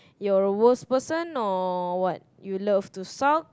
your worse person or what you like to sulk